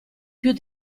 più